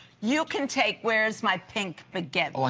you can take where is my pink baguette